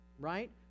right